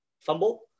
fumble